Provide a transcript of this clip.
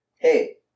Hey